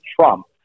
Trump